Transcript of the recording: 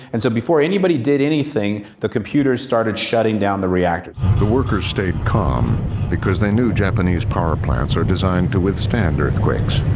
and so before anybody did anything the computers started shutting down the reactor. the workers stayed calm because they knew japanese power plants are designed to withstand earthquakes.